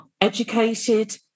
educated